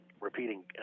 repeating